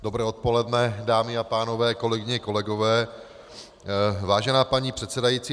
Dobré odpoledne, dámy a pánové, kolegyně, kolegové, vážená paní předsedající.